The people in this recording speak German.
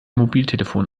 mobiltelefon